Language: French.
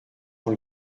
dans